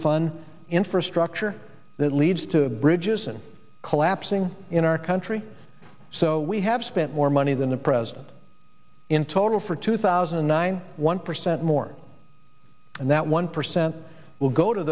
fun infrastructure that leads to bridges and collapsing in our country so we have spent more money than the president in total for two thousand and nine one percent more and that one percent will go to